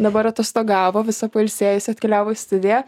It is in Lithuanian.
dabar atostogavo visa pailsėjusi atkeliavo į studiją